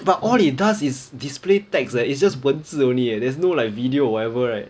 but all it does is displayed text eh it's just 文字 only eh there's no like video or whatever right